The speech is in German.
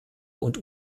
und